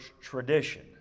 tradition